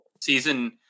season